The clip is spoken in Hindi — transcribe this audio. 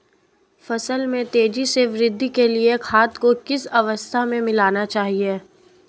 फसल में तेज़ी से वृद्धि के लिए खाद को किस अवस्था में मिलाना चाहिए?